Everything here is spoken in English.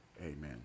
Amen